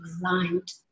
aligned